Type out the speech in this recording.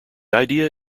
idea